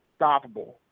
stoppable